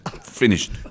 finished